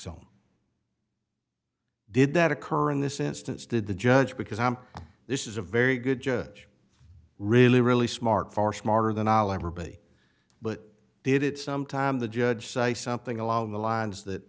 on did that occur in this instance did the judge because i'm this is a very good judge really really smart far smarter than everybody but did at some time the judge say something along the lines that